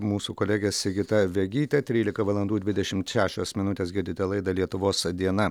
mūsų kolegė sigita vegytė trylika valandų dvidešimt šešios minutės girdite laidą lietuvos diena